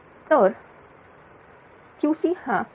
तर QC हा 4551